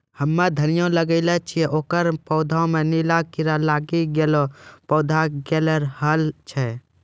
हम्मे धनिया लगैलो छियै ओकर पौधा मे नीला कीड़ा लागी गैलै पौधा गैलरहल छै?